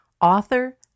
author